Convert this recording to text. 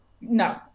No